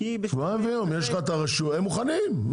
הם מוכנים.